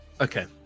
Okay